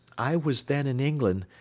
i was then in england,